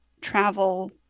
travel